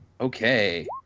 Okay